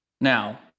Now